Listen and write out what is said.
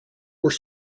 were